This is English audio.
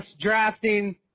drafting